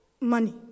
money